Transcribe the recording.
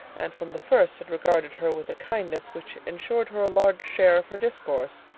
and from the first had regarded her with a kindness which ensured her a large share of her discourse.